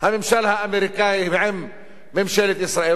הממשל האמריקני עם ממשלת ישראל,